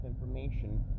information